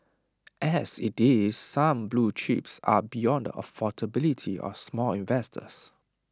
as IT is some blue chips are beyond the affordability of small investors